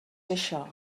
això